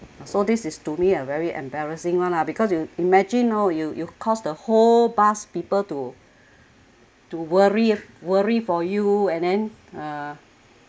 so this is to me a very embarrassing one lah because you imagine orh you you caused the whole bus people to to worry worry for you and then uh